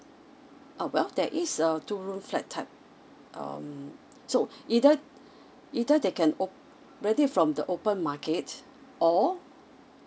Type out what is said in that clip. uh well there is a two room flat type um so either either they can o~ rent it from the open market or